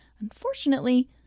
Unfortunately